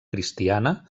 cristiana